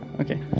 okay